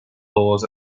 laws